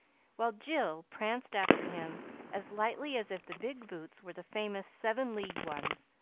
while jill pranced after him as lightly as if the big boots were the famous seven-leagued ones,